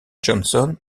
johnson